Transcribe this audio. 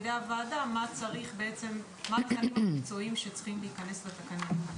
ידי הוועדה מה בעצם הצעדים המקצועיים שצריכים להיכנס לתקנות.